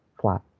flat